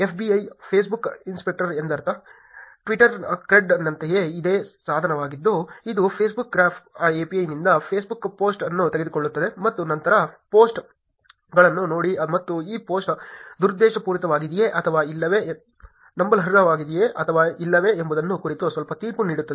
FBI Facebook inspector ಎಂದರ್ಥ ಟ್ವೀಟ್ಕ್ರೆಡ್ನಂತೆಯೇ ಇದೇ ಸಾಧನವಾಗಿದ್ದು ಇದು ಫೇಸ್ಬುಕ್ ಗ್ರಾಫ್ API ನಿಂದ ಫೇಸ್ಬುಕ್ ಪೋಸ್ಟ್ ಅನ್ನು ತೆಗೆದುಕೊಳ್ಳುತ್ತದೆ ಮತ್ತು ನಂತರ ಪೋಸ್ಟ್ಗಳನ್ನು ನೋಡಿ ಮತ್ತು ಈ ಪೋಸ್ಟ್ ದುರುದ್ದೇಶಪೂರಿತವಾಗಿದೆಯೇ ಅಥವಾ ಇಲ್ಲವೇ ನಂಬಲರ್ಹವಾಗಿದೆಯೇ ಅಥವಾ ಇಲ್ಲವೇ ಎಂಬುದರ ಕುರಿತು ಸ್ವಲ್ಪ ತೀರ್ಪು ನೀಡುತ್ತದೆ